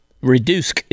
reduce